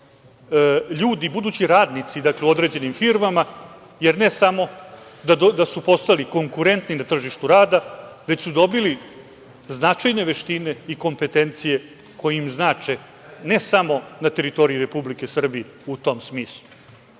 ljudi, radnici u određenim firmama, jer ne samo da su postali konkurentni na tržištu rada, već su dobili značajne veštine i kompetencije koje im znače, ne samo na teritoriji Republike Srbije u tom smislu. Kao